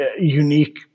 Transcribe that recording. unique